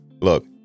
Look